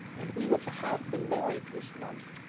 and we were to have been married this month,